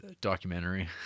Documentary